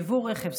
יבוא רכב,